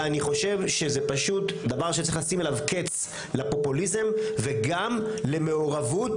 אני חושב שצריך לשים קץ לפופוליזם וגם למעורבות